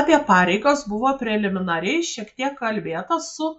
apie pareigas buvo preliminariai šiek tiek kalbėta su